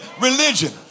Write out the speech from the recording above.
religion